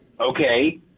Okay